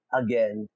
again